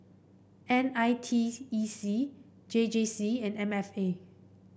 N I T E C J J C and M F A